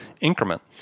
increment